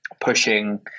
pushing